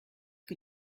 que